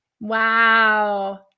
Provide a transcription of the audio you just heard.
Wow